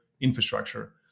infrastructure